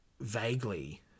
vaguely